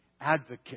advocate